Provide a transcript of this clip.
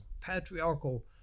patriarchal